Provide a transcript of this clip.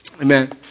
Amen